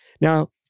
Now